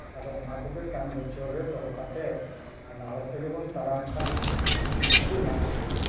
ᱟᱫᱚ ᱚᱱᱟ ᱠᱚᱜᱮ ᱠᱟᱱ ᱜᱳᱪᱚᱨ ᱨᱮ ᱫᱚᱦᱚ ᱠᱟᱛᱮᱫ ᱚᱱᱟ ᱦᱚᱨ ᱛᱮᱜᱮ ᱵᱚᱱ ᱛᱟᱲᱟᱢ ᱠᱷᱟᱱ ᱩᱱᱠᱩ ᱜᱮ ᱢᱟᱪᱮᱫ ᱫᱚ